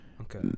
Okay